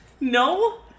no